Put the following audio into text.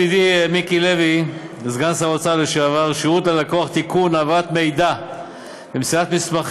ידידי מיקי לוי וסגן שר האוצר לשעבר: הצעת חוק